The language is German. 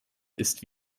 ist